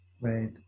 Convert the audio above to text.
Right